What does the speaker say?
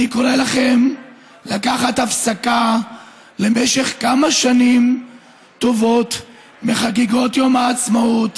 אני קורא לכם לקחת הפסקה למשך כמה שנים טובות מחגיגות יום העצמאות